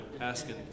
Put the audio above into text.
asking